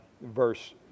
verse